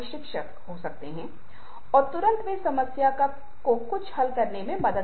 इसका क्या मतलब है कि अगर आप किसी लिफ्ट के अंदर हैं जहां कम जगह है तो आप कुछ सम्मेलनों का पालन करते हैं